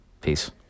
Peace